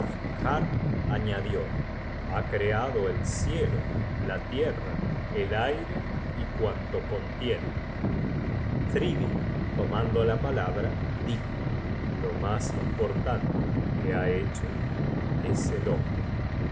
jafnhar añadió ha creado el cielo la tierra el aire y cuanto contienen thridi tomando la palabra dijo lo mas importante que ha hecho es el hombre el